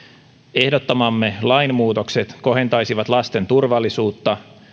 ehdottamamme lainmuutokset kohentaisivat lasten turvallisuutta